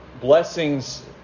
blessings